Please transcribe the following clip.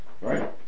Right